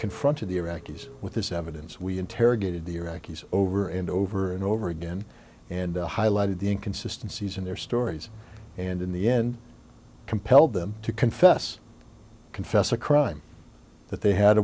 confronted the iraqis with this evidence we interrogated the iraqis over and over and over again and highlighted the inconsistency is in their stories and in the end compelled them to confess confess a crime that they had a